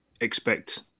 Expect